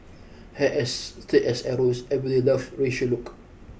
hair as straight as arrows everybody loved Rachel look